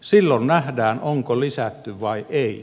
silloin nähdään onko lisätty vai ei